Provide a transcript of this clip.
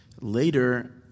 Later